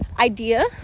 idea